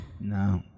No